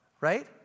Right